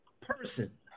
person